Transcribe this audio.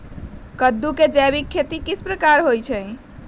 कददु के जैविक खेती किस प्रकार से होई?